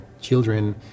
children